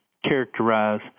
characterize